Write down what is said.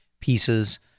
pieces